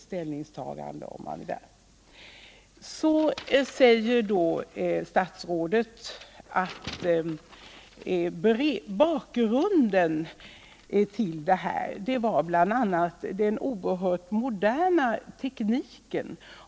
Statsrådet säger att bakgrunden till det här beslutet bl.a. var fartygets oerhört moderna teknik.